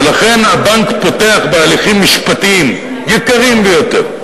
ולכן הבנק פותח בהליכים משפטיים יקרים ביותר,